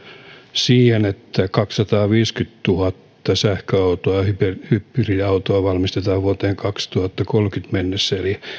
siihen että kaksisataaviisikymmentätuhatta sähköautoa ja hybridiautoa valmistetaan vuoteen kaksituhattakolmekymmentä mennessä eli